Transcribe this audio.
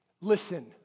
Listen